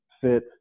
fit